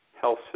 health